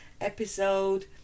episode